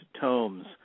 tomes